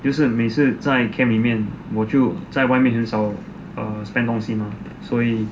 就是每次在 camp 里面我就在外面很少 err spend 东西 mah 所以